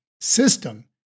system